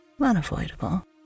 unavoidable